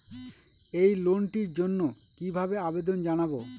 এই লোনটির জন্য কিভাবে আবেদন জানাবো?